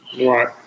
Right